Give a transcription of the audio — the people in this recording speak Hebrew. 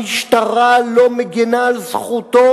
המשטרה לא מגינה על זכותו